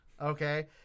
Okay